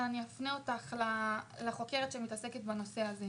אבל אני אפנה אותך לחוקרת שמתעסקת בנושא הזה.